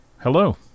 Hello